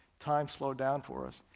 time slowed down for us,